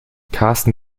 karsten